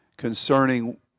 concerning